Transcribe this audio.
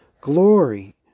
Glory